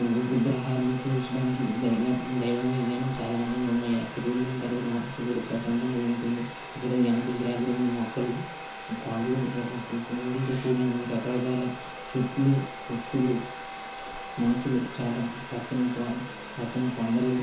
వు విగ్రహాలును చూడడానికి దైవంగా కానీ చాలా అందంగా ఉన్నాయి అక్కడికి వెళ్ళిన తర్వాత మనస్సు కూడా ప్రశాంతంగా ఉంటుంది అక్కడ వెనక బ్యాక్గ్రౌండ్ మొక్కలు కొండలు కొండలతో కూడిన రకరకాల చెట్లు పక్షులు మనుషులు చాలా పచ్చని ద్వారా పచ్చని కొండలు